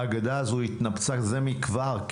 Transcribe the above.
האגדה הזאת התנפצה זה מכבר,